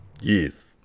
yes